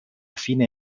fine